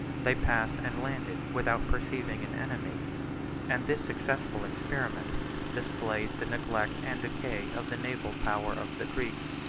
they passed and landed without perceiving an enemy and this successful experiment displayed the neglect and decay of the naval power of the greeks.